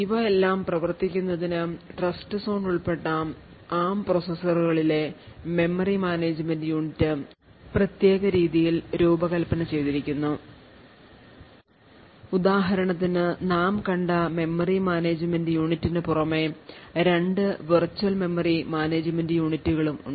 ഇവ എല്ലാം പ്രവർത്തിക്കുന്നതിന് ട്രസ്റ്റ്സോൺ ഉൾപ്പെട്ട ARM പ്രോസസറുകളിലെ മെമ്മറി മാനേജുമെന്റ് യൂണിറ്റ് പ്രത്യേക രീതിയിൽ രൂപകൽപ്പന ചെയ്തിരിക്കുന്നു ഉദാഹരണത്തിന് നാം കണ്ട മെമ്മറി മാനേജുമെന്റ് യൂണിറ്റിന് പുറമേ രണ്ട് വെർച്വൽ മെമ്മറി മാനേജുമെന്റ് യൂണിറ്റുകളും ഉണ്ട്